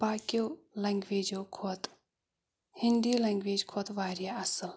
باقیو لنٛگویجو کھۄتہٕ ہِندی لنٛگویج کھۄتہٕ واریاہ اَصٕل